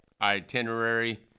itinerary